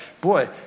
Boy